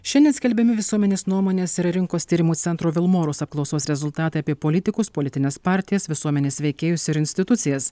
šiandien skelbiami visuomenės nuomonės ir rinkos tyrimų centro vilmorus apklausos rezultatai apie politikus politines partijas visuomenės veikėjus ir institucijas